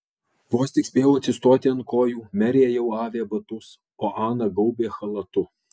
vos tik spėjau atsistoti ant kojų merė jau avė batus o ana gaubė chalatu